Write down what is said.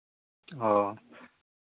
ᱚ